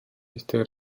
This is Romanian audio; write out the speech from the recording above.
este